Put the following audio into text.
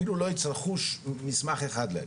אפילו לא יצורכו מסמך אחד להגיש.